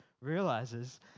realizes